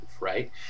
Right